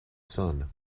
sun